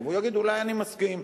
והוא יגיד אולי: אני מסכים.